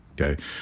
okay